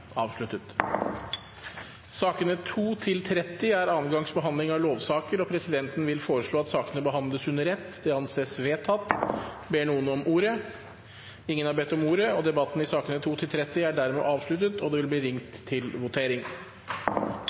1. Sakene nr. 2–30 er andre gangs behandling av lovsaker. Presidenten vil foreslå at sakene behandles under ett. – Det anses vedtatt. Ber noen om ordet? – Ingen har bedt om ordet til sakene nr. 2–30. Under debatten er det satt frem i alt 76 forslag. Det er